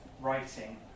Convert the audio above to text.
writing